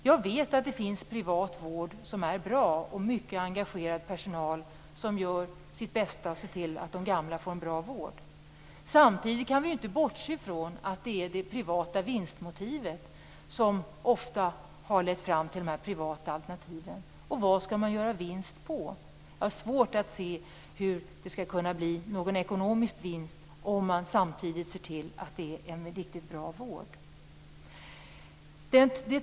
Jag vet att det finns privat vård som är bra och att det finns mycket engagerad personal som gör sitt bästa för att se till att de gamla får en bra vård. Samtidigt kan vi inte bortse från att det är det privata vinstmotivet som ofta har lett fram till de privata alternativen. Vad skall man göra vinst på? Jag har svårt att se hur det skall kunna bli någon ekonomisk vinst om man samtidigt ser till att det blir en riktigt bra vård.